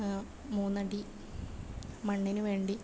മൂന്നടി മണ്ണിന് വേണ്ടി